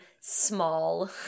small